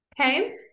Okay